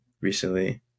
recently